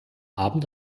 abend